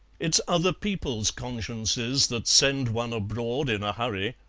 it's other people's consciences that send one abroad in a hurry.